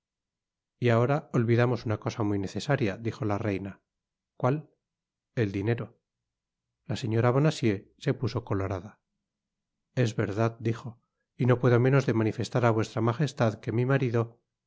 y ahora olvidamos una cosa muy necesaria dijo la reina cual el dinero la señora bonacieux se puso colorada es verdad dijo y no puedo menos de manifestar á vuestra majestad que mi marido